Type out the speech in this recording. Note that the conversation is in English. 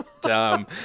dumb